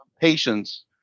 patients